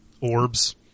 Orbs